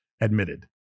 admitted